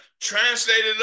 Translated